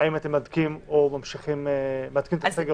האם אתם מהדקים את הסגר?